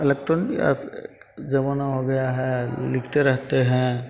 electronic जमाना हो गया है लिखते रहते हैं